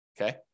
Okay